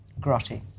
grotty